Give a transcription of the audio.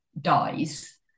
dies